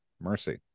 Mercy